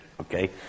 Okay